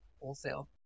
Wholesale